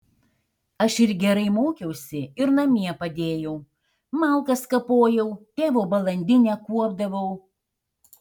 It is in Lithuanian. aš ir gerai mokiausi ir namie padėjau malkas kapojau tėvo balandinę kuopdavau